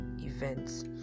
events